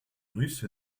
russe